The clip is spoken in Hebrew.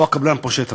או שהקבלן פושט רגל,